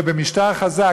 ובמשטר חזק,